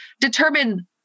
determine